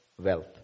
wealth